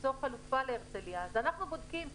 אנחנו בוחנים את